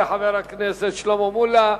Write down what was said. תודה לחבר הכנסת שלמה מולה.